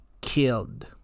killed